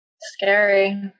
Scary